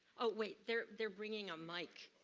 oh, wait they're they're bringing a mic,